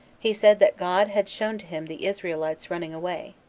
he said that god had shown to him the israelites running away,